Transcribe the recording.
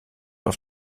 auf